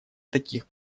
таких